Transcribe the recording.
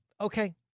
okay